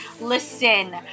listen